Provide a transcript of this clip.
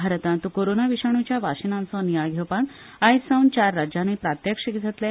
भारतात कोरोना विशाणुच्या वाशिनाचो नियाळ घेवपाक आयजसावन चार राज्यांनी प्रात्यक्षिक जातले